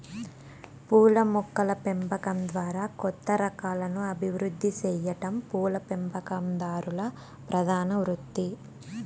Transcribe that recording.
పూల మొక్కల పెంపకం ద్వారా కొత్త రకాలను అభివృద్ది సెయ్యటం పూల పెంపకందారుల ప్రధాన వృత్తి